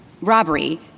robbery